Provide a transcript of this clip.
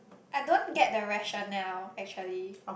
I don't get the rationale actually